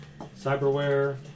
Cyberware